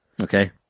okay